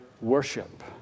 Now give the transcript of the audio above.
worship